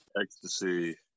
Ecstasy